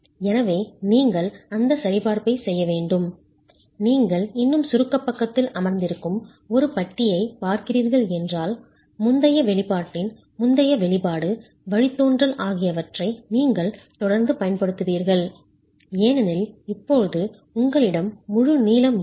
எனவே நீங்கள் அந்தச் சரிபார்ப்பைச் செய்ய வேண்டும் நீங்கள் இன்னும் சுருக்கப் பக்கத்தில் அமர்ந்திருக்கும் ஒரு பட்டியைப் பார்க்கிறீர்கள் என்றால் முந்தைய வெளிப்பாட்டின் முந்தைய வெளிப்பாடு வழித்தோன்றல் ஆகியவற்றை நீங்கள் தொடர்ந்து பயன்படுத்துவீர்கள் ஏனெனில் இப்போது உங்களிடம் முழு நீளம் இல்லை